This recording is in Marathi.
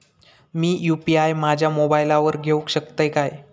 मी यू.पी.आय माझ्या मोबाईलावर घेवक शकतय काय?